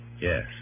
Yes